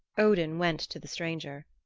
odin went to the stranger.